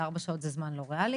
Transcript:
וארבע שעות זה זמן לא ריאלי.